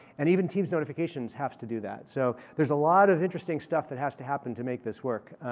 and even teams notifications has to do that. so there's a lot of interesting stuff that has to happen to make this work.